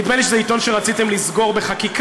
נדמה לי שזה עיתון שרציתם לסגור בחקיקה,